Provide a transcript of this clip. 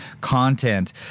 content